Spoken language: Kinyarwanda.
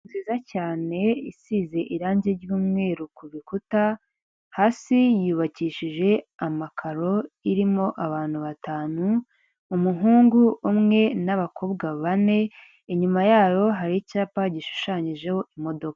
Inzu nziza cyane isize irangi ry'umweru ku bikuta hasi yubakishije amakaro, irimo abantu batanu, umuhungu umwe n'abakobwa bane, inyuma yabo hari icyapa gishushanyijeho imodoka.